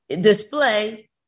display